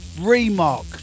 Remark